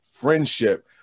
friendship